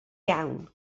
iawn